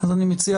אז אני מציע,